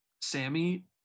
Sammy